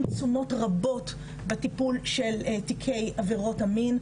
תשומות רבות בטיפול של תיקי עבירות המין,